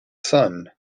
son